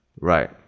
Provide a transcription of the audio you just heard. Right